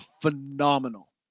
phenomenal